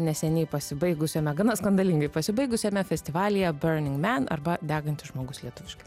neseniai pasibaigusiame gana skandalingai pasibaigusiame festivalyje burning man arba degantis žmogus lietuviškai